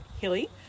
Hilly